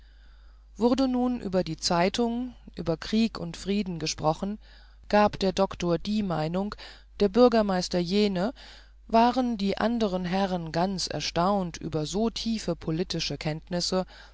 wurde nun über die zeitungen über krieg und frieden gesprochen gab der doktor die meinung der bürgermeister jene waren die anderen herren ganz erstaunt über so tiefe politische kenntnisse